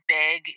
big